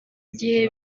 gihe